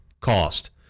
cost